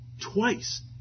Twice